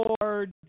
lord